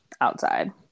outside